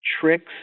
tricks